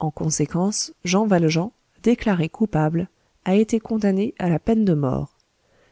en conséquence jean valjean déclaré coupable a été condamné à la peine de mort